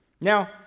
Now